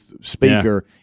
speaker